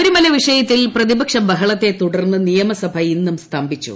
ശബരിമല വിഷയത്തിൽ പ്രതിപക്ഷ ബഹളത്തെ തുടർന്ന് നിയമസഭ ഇന്നും സ്തംഭിച്ചു